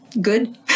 good